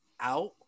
out